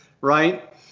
Right